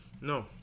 No